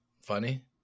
funny